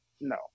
no